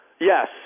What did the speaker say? Yes